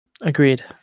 Agreed